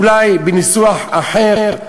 אולי בניסוח אחר,